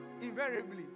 invariably